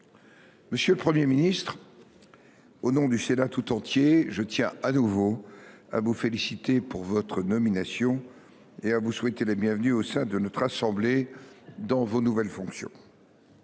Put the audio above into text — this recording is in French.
Monsieur le Premier ministre, au nom du Sénat tout entier, je tiens de nouveau à vous féliciter pour votre nomination et vous souhaiter la bienvenue au sein de notre assemblée dans vos nouvelles fonctions.